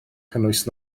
cynnwys